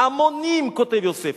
"המונים", כותב יוספוס,